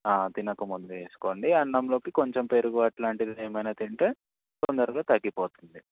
తినకముందు వేసుకోండి అన్నంలోకి కొంచెం పెరుగు అట్లాంటిది ఏమైనా తింటే తొందరగా తగ్గిపోతుంది